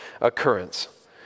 occurrence